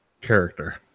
character